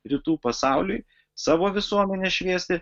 rytų pasauliui savo visuomenę šviesti